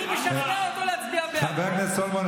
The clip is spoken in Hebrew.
חבר הכנסת סולומון,